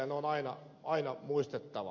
ne on aina muistettava